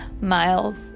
Miles